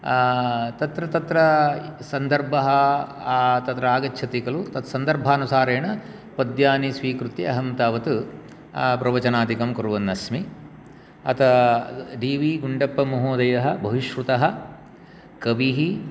तत्र तत्र सन्दर्भः तत्र आगच्छति खलु तत् सन्दर्भानुसारेण पद्यानि स्वीकृत्य अहं तावत् प्रवचनादिकं कुर्वन्नस्मि अतः डी वी गुण्डप्पमहोदयः बहुश्रुतः कविः